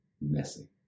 messy